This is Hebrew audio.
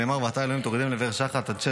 שנאמר: "ואתה אלהים תּוֹרִדֵם לִבְאר שחת אנשי